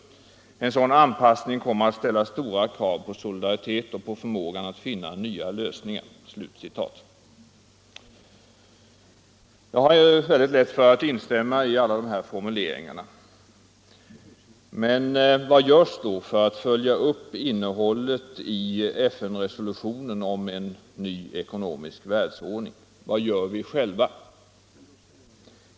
En sådan anpassning kommer att ställa stora krav på solidaritet och på förmågan att finna nya lösningar.” Jag finner det lätt att instämma i alla dessa formuleringar. Vad görs då för att följa upp innehållet i FN-resolutionen om en ny ekonomisk världsordning? Vad gör vi själva?